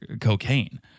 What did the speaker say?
cocaine